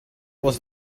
was